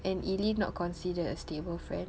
and Eileen not considered a stable friend